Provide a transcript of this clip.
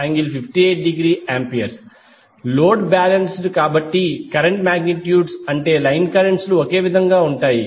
57∠58°A load balanced కాబట్టి currents magnitude అంటే line currents ఒకే విధంగా ఉంటాయి